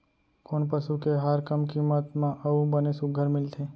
कोन पसु के आहार कम किम्मत म अऊ बने सुघ्घर मिलथे?